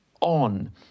on